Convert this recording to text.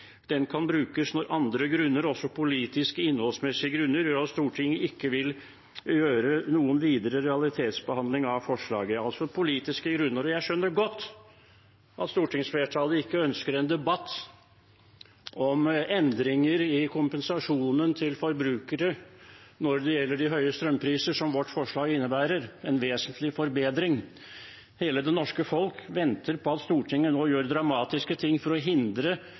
brukes når andre grunner – også politiske innholdsmessige grunner – gjør at Stortinget ikke vil gjøre noen videre realitetsbehandling av forslaget» – altså politiske grunner. Jeg skjønner godt at stortingsflertallet ikke ønsker en debatt om endringer i kompensasjonen til forbrukere når det gjelder de høye strømprisene, som vårt forslag innebærer – en vesentlig forbedring. Hele det norske folket venter nå på at Stortinget